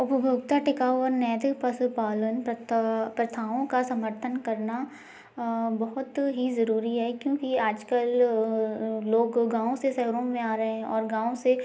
उपभोक्ता टिकाऊ और नैतिक पशुपालन प्रथाओं का समर्थन करना बहुत ही जरूरी है क्योंकि आजकल लोग गाँव से शाहरो में आ रहे हैं और गाँव से